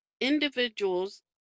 individuals